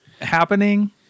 happening